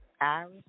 Iris